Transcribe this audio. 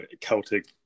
celtic